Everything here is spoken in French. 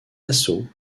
assauts